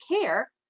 care